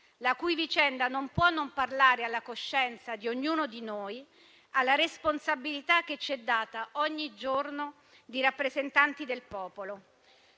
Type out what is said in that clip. la cui vicenda non può non parlare alla coscienza di ognuno di noi e alla responsabilità che ci è data, ogni giorno, come rappresentanti del popolo.